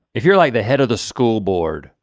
if you're like the head of the school board,